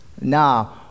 Now